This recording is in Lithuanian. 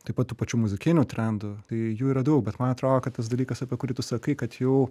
taip pat tų pačių muzikinių trendų tai jų yra daug bet man atrodo kad tas dalykas apie kurį tu sakai kad jau